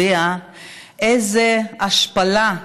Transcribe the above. יודע איזו השפלה,